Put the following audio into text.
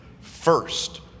first